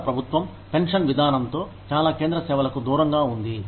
భారత ప్రభుత్వం పెన్షన్ విధానంతో చాలా కేంద్ర సేవలకు దూరంగా ఉంది